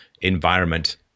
environment